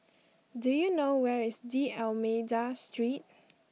do you know where is D'almeida Street